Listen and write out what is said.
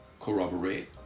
corroborate